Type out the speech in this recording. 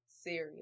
serious